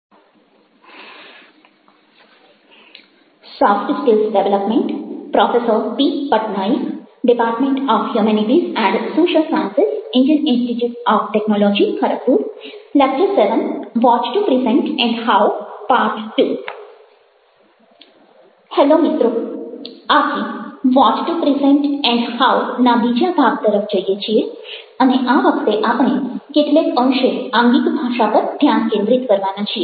hello મિત્રો આથી 'what to present and how' ના બીજા ભાગ તરફ જઈએ છીએ અને આ વખતે આપણે કેટલેક અંશે આંગિક ભાષા પર ધ્યાન કેન્દ્રિત કરવાના છીએ